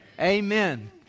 Amen